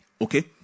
Okay